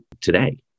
today